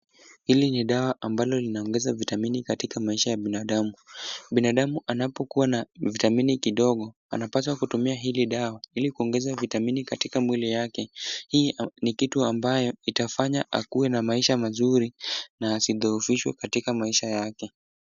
Hili ni dawa ambalo linaongeza vitamini katika maisha ya binadamu. Binadamu anapokuwa na vitamini kidogo, anapaswa kutumia hili dawa ili kuongeza vitamini katika mwili yake. Hii ni kitu ambayo itafanya akuwe na maisha mazuri na asidhoofishwe katika maisha yake.